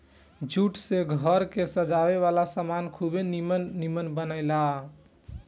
jute से घर के सजावे वाला सामान खुबे निमन निमन बनेला